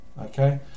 okay